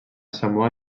samoa